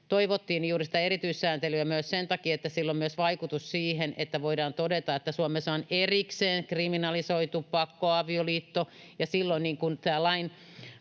sitä erityissääntelyä myös sen takia, että sillä on vaikutus myös siihen, että voidaan todeta, että Suomessa on erikseen kriminalisoitu pakkoavioliitto,